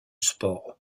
sport